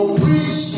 preach